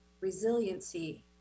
resiliency